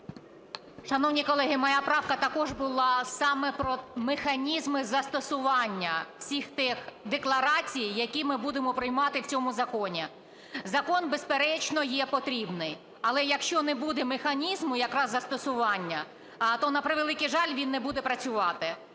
Шановні колеги, моя правка також була саме про механізми застосування всіх тих декларацій, які ми будемо приймати в цьому законі. Закон, безперечно, є потрібний. Але, якщо не буде механізму якраз застосування, то, на превеликий жаль, він не буде працювати.